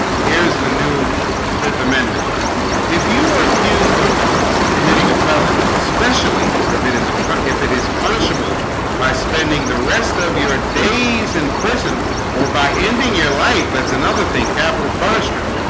here's the new fifth amendment if you are accused of committing a felony especially if it is a putt if it is punishable by spending the rest of your days in prison or by ending your life that's another thing capital punishment